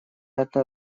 это